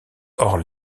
hors